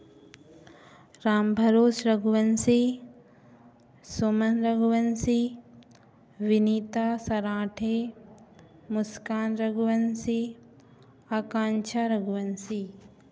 Ram Bharos Raghuvanshi Suman Raghuvanshi Vinita Saranthe Muskan Raghuvanshi Akanksha Raghuvanshi